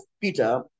Peter